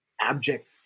abject